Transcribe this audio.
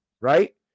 right